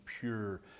pure